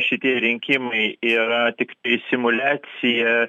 šitie rinkimai yra tik simuliacija